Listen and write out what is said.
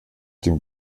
dem